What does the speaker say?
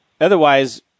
Otherwise